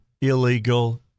illegal